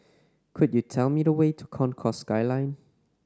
could you tell me the way to Concourse Skyline